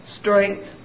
strength